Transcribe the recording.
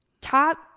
top